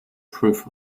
proof